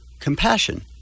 compassion